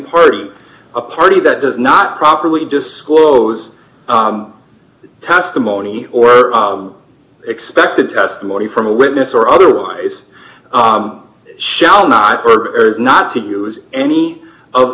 party a party that does not properly disclose testimony or expected testimony from a witness or otherwise shall not is not to use any of